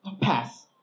pass